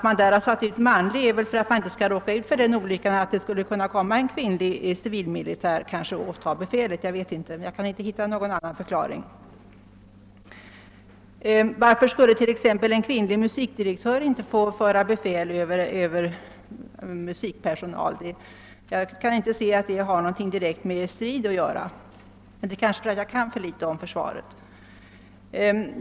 Anledningen till att man satt in ordet »manlig» i detta sammanhang är väl att man vill förhindra den olyckan att en kvinnlig civilmilitär skulle kunna överta befälet. Jag kan inte finna någon annan förklaring. Varför skulle inte t.ex. en kvinnlig musikdirektör kunna få föra befäl över musikpersonal? Jag kan inte inse att detta har något samband med förhållandena under strid — men det beror kanske på att jag vet för litet om försvaret.